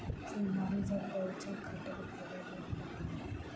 सिंघाड़ा सऽ खोइंचा हटेबाक लेल उपकरण कतह सऽ आ कोना भेटत?